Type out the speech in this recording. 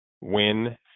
win